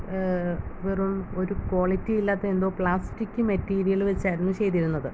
വെറും ഒരു ക്വാളിറ്റി ഇല്ലാത്ത എന്തോ പ്ലാസ്റ്റിക് മെറ്റീരിയൽ വെച്ചായിരുന്നു ചെയ്തിരുന്നത്